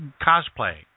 cosplay